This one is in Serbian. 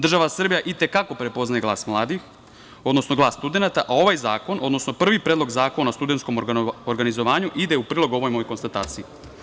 Država Srbije i te kako prepoznaje glas mladih, odnosno glas studenata, a ovaj zakon, odnosno prvi predlog zakona o studentskom organizovanju, ide u prilog ovoj mojoj konstataciji.